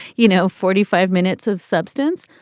you know, forty five minutes of substance.